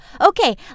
Okay